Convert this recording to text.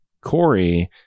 Corey